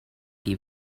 die